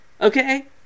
okay